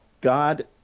God